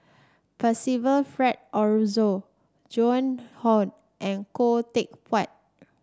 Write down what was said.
Percival Frank Aroozoo Joan Hon and Khoo Teck Puat